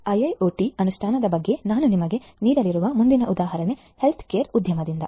IIoT ಅನುಷ್ಠಾನದ ಬಗ್ಗೆ ನಾನು ನಿಮಗೆ ನೀಡಲಿರುವ ಮುಂದಿನ ಉದಾಹರಣೆ ಹೆಲ್ತ್ ಕೇರ್ ಉದ್ಯಮದಿಂದ